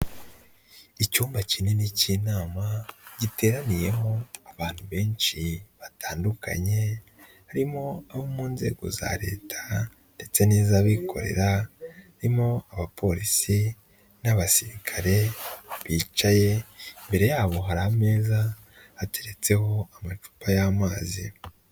Icyumba kinini k'inama giteraniyemo abantu benshi batandukanye. Harimo abo mu nzego za Leta ndetse n'iz'abikorera. Harimo Abapolisi n'Abasirikare bicaye, imbere yabo hari ameza hateretseho amacupa y'amazi.